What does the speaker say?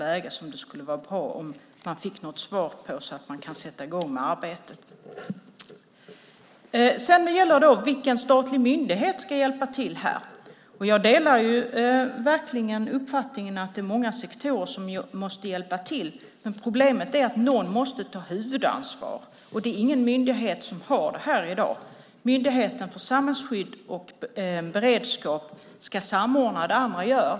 Det skulle därför vara bra om man kunde få ett svar så att man kan sätta i gång med arbetet. Vilken statlig myndighet ska hjälpa till här? Jag delar verkligen uppfattningen att många sektorer måste hjälpa till. Problemet är att någon måste ta huvudansvaret. Ingen myndighet har det i dag. Myndigheten för samhällsskydd och beredskap ska samordna vad andra gör.